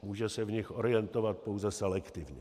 Může se v nich orientovat pouze selektivně.